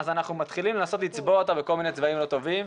אז אנחנו מתחילים לנסות לצבוע אותה בכל מיני צבעים לא טובים,